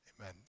Amen